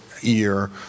year